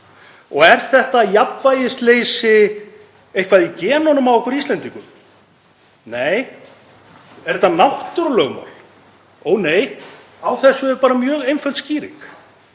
Er þetta jafnvægisleysi eitthvað í genum á okkur Íslendingum? Nei. Er þetta náttúrulögmál? Ó, nei. Á þessu er bara mjög einföld skýring.